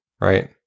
right